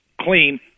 clean